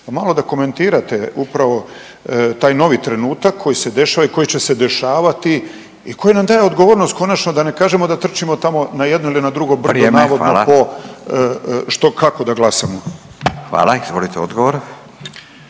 malo da komentirate upravo taj novi trenutak koji se dešava i koji će se dešavati i koji nam odgovornost konačno da ne kažemo da trčimo tamo na jedno ili na drugo brdo navodno po, što, kako da glasamo. **Radin, Furio